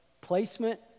placement